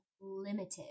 limited